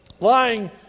lying